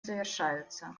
завершаются